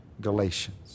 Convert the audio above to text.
Galatians